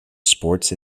sports